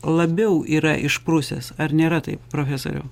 labiau yra išprusęs ar nėra taip profesoriau